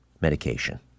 medication